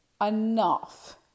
Enough